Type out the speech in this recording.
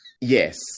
yes